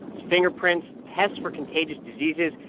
fingerprints, tests for contagious diseases.